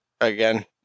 again